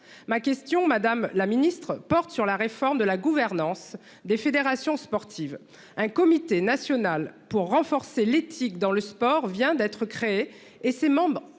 ma question Madame la Ministre porte sur la réforme de la gouvernance des fédérations sportives. Un comité national pour renforcer l'éthique dans le sport vient d'être créée et ses membres